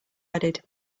added